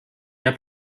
der